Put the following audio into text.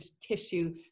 tissue